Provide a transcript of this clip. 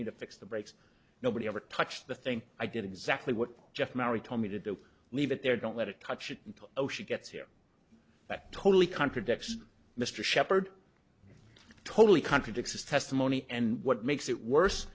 me to fix the brakes nobody ever touched the thing i did exactly what jeff mary told me to do leave it there don't let it touch it until she gets here but totally contradicts mr sheppard totally contradicts his testimony and what makes it worse